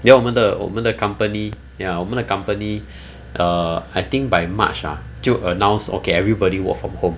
then 我们的我们的 company ya 我们的 accompany uh I think by march ah 就 announce okay everybody work from home